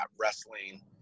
wrestling